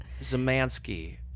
Zemansky